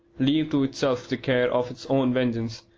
leave to itself the care of its own vengeance,